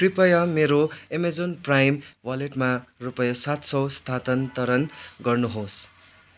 कृपया मेरो Amazon prime वालेटमा रुपियाँ सात सय स्थानान्तरण गर्नु होस्